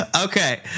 Okay